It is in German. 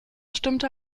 stimmte